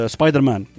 Spider-Man